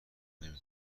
نمی